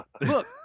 look